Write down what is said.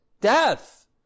death